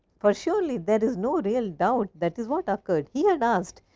for surely, there is no real doubt that is what occurred. he had asked,